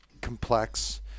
complex